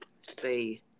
stay